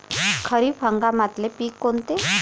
खरीप हंगामातले पिकं कोनते?